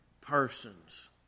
persons